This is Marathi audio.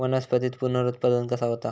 वनस्पतीत पुनरुत्पादन कसा होता?